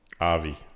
avi